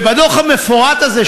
ובדוח המפורט הזה,